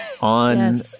on